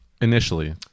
initially